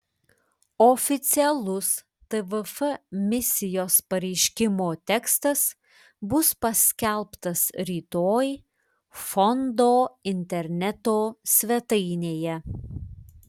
oficialus tvf misijos pareiškimo tekstas bus paskelbtas rytoj fondo interneto svetainėje